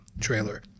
trailer